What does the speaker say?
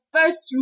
first